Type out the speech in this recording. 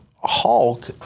Hulk